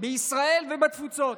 בישראל ובתפוצות